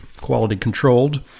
quality-controlled